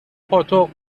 پاتق